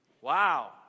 wow